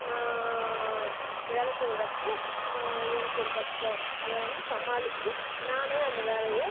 நான் வேலை செய்கிறப்போ எனக்கு ஒரு கஷ்டம் அதை வந்து சமாளித்து நானே அந்த வேலையை